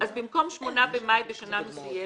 אם כן, במקום 8 במאי בשנה מסוימת,